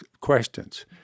questions